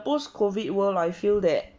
post COVID world I feel that